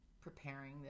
preparing